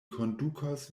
kondukos